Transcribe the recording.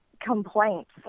complaints